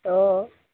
অঁ